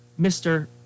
Mr